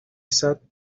sat